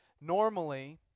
Normally